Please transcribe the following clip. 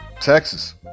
Texas